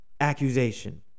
accusation